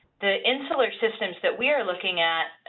the insular systems that we are looking at,